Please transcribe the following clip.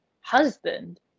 husband